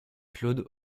claude